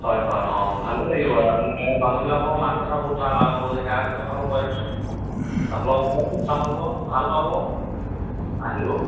হয় হয় অঁ ভালেই লাগিব আপোনাৰ ইয়াত মানুহবিলাকো মাত কথা বহুত ভাল আৰু সেৱা শুশ্ৰুষাও কৰে আপোনালোকৰ খুব ভাল হ'ব ভাল পাব আহিব